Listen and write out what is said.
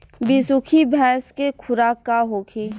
बिसुखी भैंस के खुराक का होखे?